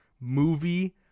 movie